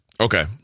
Okay